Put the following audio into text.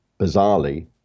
bizarrely